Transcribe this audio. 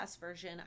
version